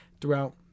Throughout